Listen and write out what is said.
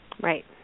Right